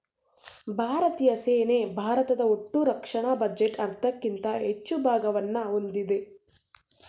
ಭಾರತೀಯ ಸೇನೆ ಭಾರತದ ಒಟ್ಟುರಕ್ಷಣಾ ಬಜೆಟ್ನ ಅರ್ಧಕ್ಕಿಂತ ಹೆಚ್ಚು ಭಾಗವನ್ನ ಹೊಂದಿದೆ